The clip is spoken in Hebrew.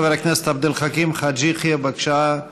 חבר הכנסת עבד אל חכים חאג' יחיא, בבקשה,